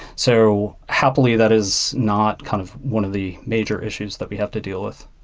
so happily, that is not kind of one of the major issues that we have to deal with.